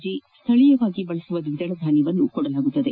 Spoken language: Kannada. ಜಿ ಸ್ದಳೀಯವಾಗಿ ಬಳಸುವ ದ್ವಿದಳ ಧಾನ್ಯ ನೀಡಲಾಗುವುದು